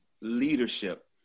leadership